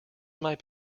might